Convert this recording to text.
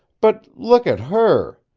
but look at her!